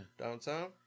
Downtown